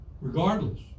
regardless